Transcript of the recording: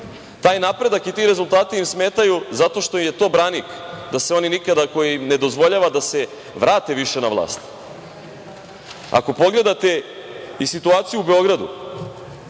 Taj napredak i ti rezultati im smetaju zato što im je to branik da se oni nikada, koji im ne dozvoljava da se vrate više na vlast. Ako pogledate i situaciju u Beogradu,